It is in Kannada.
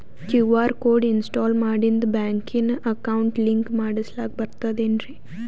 ಕ್ಯೂ.ಆರ್ ಕೋಡ್ ಇನ್ಸ್ಟಾಲ ಮಾಡಿಂದ ಬ್ಯಾಂಕಿನ ಅಕೌಂಟ್ ಲಿಂಕ ಮಾಡಸ್ಲಾಕ ಬರ್ತದೇನ್ರಿ